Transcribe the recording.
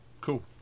Cool